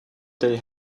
they